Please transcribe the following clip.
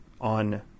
on